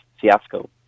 fiasco